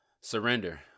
surrender